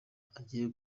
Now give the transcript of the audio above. agiye